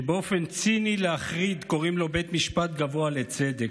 שבאופן ציני להחריד קוראים לו בית משפט גבוה לצדק.